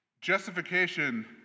Justification